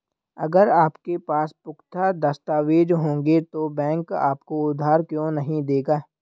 अगर आपके पास पुख्ता दस्तावेज़ होंगे तो बैंक आपको उधार क्यों नहीं देगा?